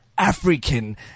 African